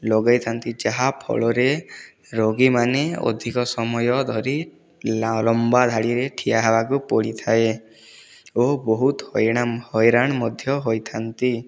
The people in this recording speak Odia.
ଲଗେଇଥାନ୍ତି ଯାହାଫଳରେ ରୋଗୀମାନେ ଅଧିକ ସମୟ ଧରି ଲମ୍ବା ଧାଡ଼ିରେ ଠିଆ ହେବାକୁ ପଡ଼ିଥାଏ ଓ ବହୁତ ହଇରାଣ ମଧ୍ୟ ହୋଇଥାନ୍ତି